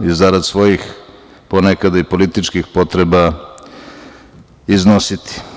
i zarad svojih ponekad i političkih potreba iznositi.